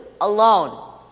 alone